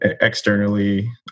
externally